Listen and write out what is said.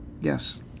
Yes